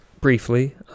briefly